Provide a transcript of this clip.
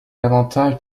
l’avantage